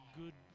good